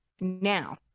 now